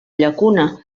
llacuna